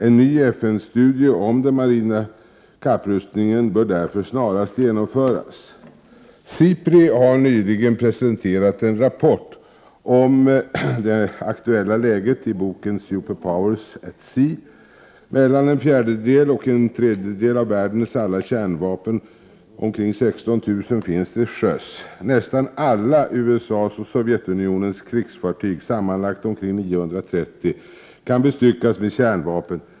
En ny FN studie om den marina kapprustningen bör därför snarast genomföras. SIPRI har nyligen presenterat en rapport om det aktuella läget i boken ”Superpowers at Sea”. Mellan en fjärdedel och en tredjedel av världens alla kärnvapen, omkring 16 000, finns till sjöss. Nästan alla USA:s och Sovjetunionens krigsfartyg, sammanlagt omkring 930, kan bestyckas med kärnvapen.